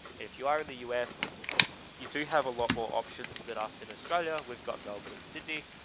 if you are in the u s you do have a lot more options that are set. australia, we've got melbourne and sydney.